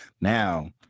now